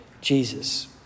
Jesus